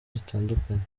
zitandukanye